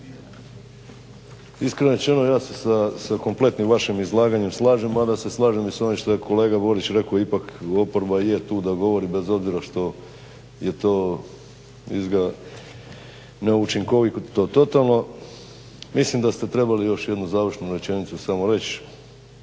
rečeno ja se sa kompletnim vašim izlaganjem slažem, mada se slažem i s onim što je kolega Borić rekao ipak oporba je tu da govori bez obzira što je to izgleda neučinkovito totalno. Mislim da ste trebali još jednu završnu rečenicu samo reći,